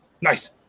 Nice